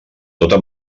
tota